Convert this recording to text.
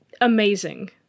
Amazing